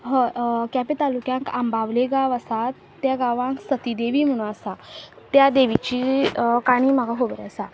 हय केपे तालुक्यांत आंबावले गांव आसा त्या गांवांत सतीदेवी म्हणून आसा त्या देवीची काणी म्हाका खबर आसा